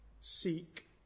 seek